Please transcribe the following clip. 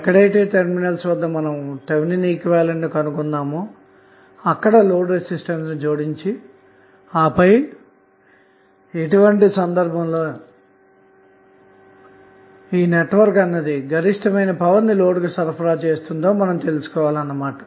ఎక్కడైతే టెర్మినల్స్ వద్ద మనం థెవినిన్ ఈక్వివలెంట్ కనుగొన్నామో అక్కడ లోడ్ ను జోడించి ఆపై ఎటువంటి సందర్భంలో ఈ నెట్వర్క్ అన్నది గరిష్టంగా పవర్ ని లోడ్ కు సరఫరా చేస్తుందో తెలుసుకోవాలన్నమాట